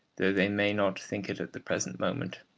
though they may not think it at the present moment.